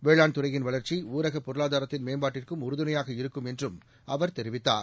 வேளாண்துறையின் வளர்ச்சி ஊரக பொருளாதாரத்தின் மேம்பாட்டிற்கும் உறுதுணையாக இருக்கும் என்றும் அவர் தெரிவித்தார்